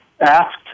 asked